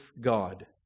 God